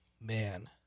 Man